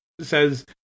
says